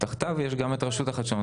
תחתיו יש גם רשות החדשנות,